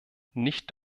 nicht